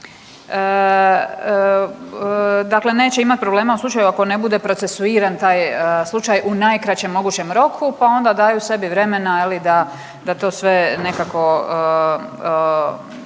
Dakle, neće imati problema u slučaju ako ne bude procesuiran taj slučaj u najkraćem mogućem roku, pa onda daju sebi vremena da to sve nekako